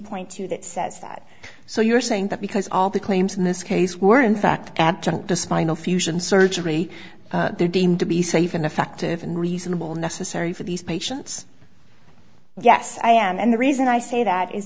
point two that says that so you're saying that because all the claims in this case were in fact the spinal fusion surgery they're deemed to be safe and effective and reasonable necessary for these patients yes i am and the reason i say that is